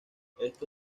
esto